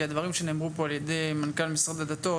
כי הדברים שנאמרו פה על ידי מנכ"ל משרד הדתות